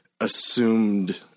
assumed